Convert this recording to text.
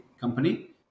company